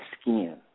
skin